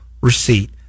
receipt